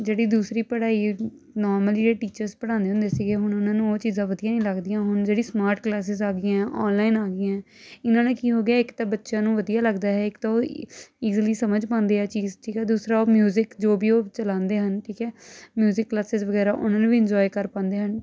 ਜਿਹੜੀ ਦੂਸਰੀ ਪੜ੍ਹਾਈ ਨੋਰਮਲੀ ਟੀਚਰਸ ਪੜ੍ਹਾਉਂਦੇ ਹੁੰਦੇ ਸੀਗੇ ਹੁਣ ਉਹਨਾਂ ਨੂੰ ਉਹ ਚੀਜ਼ਾਂ ਵਧੀਆ ਨਹੀਂ ਲੱਗਦੀਆਂ ਹੁਣ ਜਿਹੜੀ ਸਮਾਰਟ ਕਲਾਸਸ ਆ ਗਈਆਂ ਆਨਲਾਈਨ ਆ ਗਈਆਂ ਇਹਨਾਂ ਨੇ ਕਿ ਹੋ ਗਿਆ ਇੱਕ ਤਾਂ ਬੱਚਿਆਂ ਨੂੰ ਵਧੀਆ ਲੱਗਦਾ ਹੈ ਇੱਕ ਤਾਂ ਇਜ਼ੀਲੀ ਸਮਝ ਪਾਉਂਦੇ ਆ ਚੀਜ਼ ਠੀਕ ਆ ਦੂਸਰਾ ਉਹ ਮਿਊਜਿਕ ਜੋ ਵੀ ਉਹ ਚਲਾਉਂਦੇ ਹਨ ਠੀਕ ਹੈ ਮਿਊਜਿਕ ਕਲਾਜਿਜ ਵਗੈਰਾ ਉਹਨਾਂ ਨੂੰ ਵੀ ਇੰਜੋਏ ਕਰ ਪਾਉਂਦੇ ਹਨ